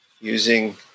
using